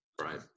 Right